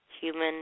human